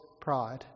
pride